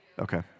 Okay